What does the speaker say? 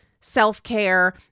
self-care